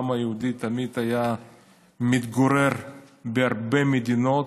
העם היהודי תמיד התגורר בהרבה מדינות,